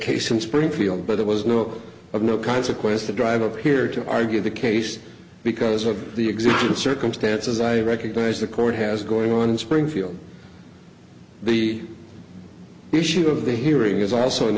case in springfield but there was no of no consequence to drive up here to argue the case because of the exact circumstances i recognize the court has going on in springfield the the issue of the hearing is also an